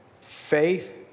faith